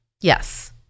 Yes